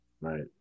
Right